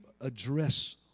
address